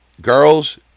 girls